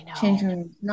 changing